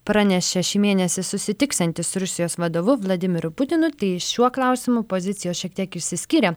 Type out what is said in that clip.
pranešė šį mėnesį susitiksianti su rusijos vadovu vladimiru putinu tai šiuo klausimu pozicijos šiek tiek išsiskyrė